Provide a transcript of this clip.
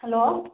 hello